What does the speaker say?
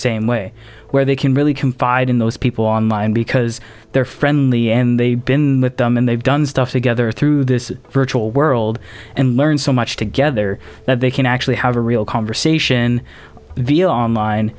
same way where they can really confide in those people online because they're friendly and they been with them and they've done stuff together through this virtual world and learned so much together that they can actually have a real conversation via online